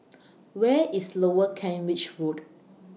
Where IS Lower Kent Ridge Road